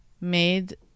made